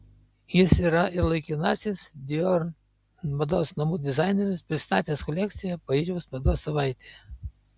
jis yra ir laikinasis dior mados namų dizaineris pristatęs kolekciją paryžiaus mados savaitėje